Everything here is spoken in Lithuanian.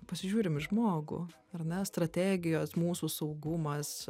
pasižiūrim į žmogų ar ne strategijos mūsų saugumas